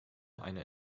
einer